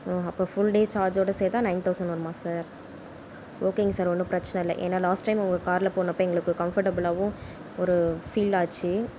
ம் அப்போ full day சார்ஜோடு சேர்த்தா நயன் தௌசண்ட் வருமா சார் ஓகேங்க சார் ஒன்றும் பிரச்சின இல்லை ஏன்னால் லாஸ்ட் டைம் உங்கள் காரில் போனப்போ எங்களுக்கு கம்ஃபடபுலாவும் ஒரு ஃபீலாச்சு